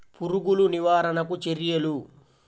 పురుగులు నివారణకు చర్యలు?